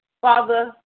Father